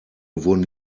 wurden